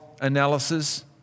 analysis